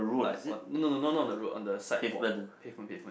like on no no no not the road on the side walk pavement pavement